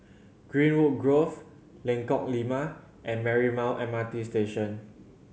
Greenwood Grove Lengkok Lima and Marymount M R T Station